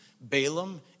Balaam